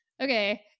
Okay